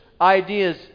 ideas